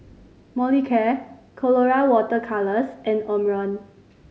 Molicare Colora Water Colours and Omron